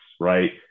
right